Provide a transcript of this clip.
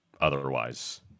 otherwise